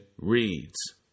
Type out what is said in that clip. reads